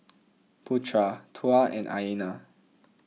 Putra Tuah and Aina